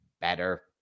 better